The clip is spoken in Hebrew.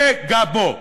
בגבו.